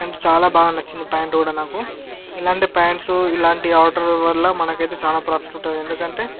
and చాలా బాగా నచ్చింది ప్యాంటు కూడ నాకు ఇలాంటి ప్యాంట్సు ఇలాంటి ఆర్డరు వల్ల మనకైతే చాలా ప్రాఫిట్ ఉంటుంది ఎందుకంటే